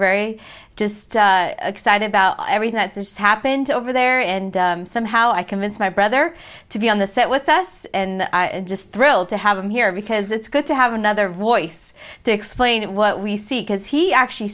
rivera just excited about everything that just happened over there and somehow i convinced my brother to be on the set with us and just thrilled to have him here because it's good to have another voice to explain what we see because he actually